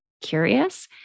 Curious